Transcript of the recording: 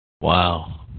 Wow